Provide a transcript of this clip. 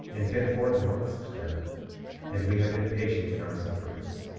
and been forth amongst them and we have been patient in our sufferings,